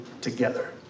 together